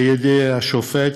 וכי אין בידי השופט